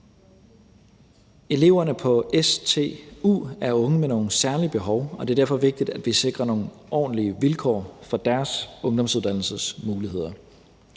Eleverne på stu er unge med nogle særlige behov, og det er derfor vigtigt, at vi sikrer nogle ordentlige vilkår for deres ungdomsuddannelsesmuligheder.